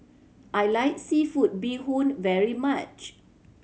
I like seafood bee hoon very much